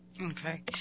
Okay